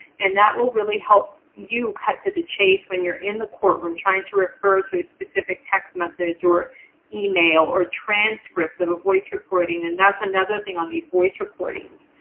and that will really help you cut to the chase when you're in the courtroom trying to refer to a specific text message or email or transcript of a voice recording. and that's another thing on these voice recordings.